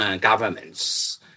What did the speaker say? governments